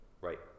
right